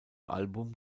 album